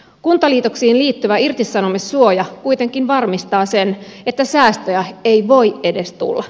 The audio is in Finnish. kuntaliitoksiin liittyvä irtisanomissuoja kuitenkin varmistaa sen että säästöjä ei voi edes tulla